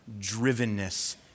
drivenness